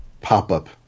pop-up